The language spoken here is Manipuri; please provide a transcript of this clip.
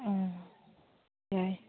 ꯑꯣ ꯌꯥꯏ